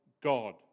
God